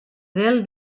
del